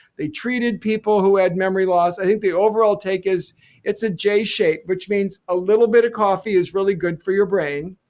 they treated people who had memory loss. i think the overall take is it's a j shape which means a little bit of coffee is really good for your brain.